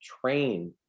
train